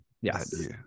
yes